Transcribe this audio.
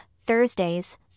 Thursdays